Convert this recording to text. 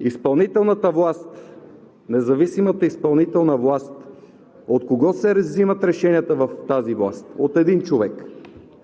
Изпълнителната власт, независимата изпълнителна власт – от кого се взимат решенията в тази власт? От един човек.